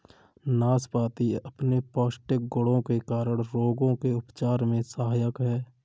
नाशपाती अपने पौष्टिक गुणों के कारण रोगों के उपचार में सहायक है